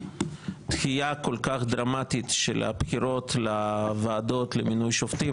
דחייה כל כך דרמטית של הבחירות לוועדות למינוי שופטים.